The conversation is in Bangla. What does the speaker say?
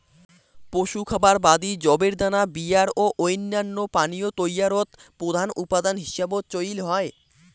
পশু খাবার বাদি যবের দানা বিয়ার ও অইন্যান্য পানীয় তৈয়ারত প্রধান উপাদান হিসাবত চইল হয়